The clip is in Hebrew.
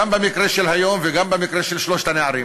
גם במקרה של היום וגם במקרה של שלושת הנערים,